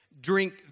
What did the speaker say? drink